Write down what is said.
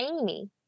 Amy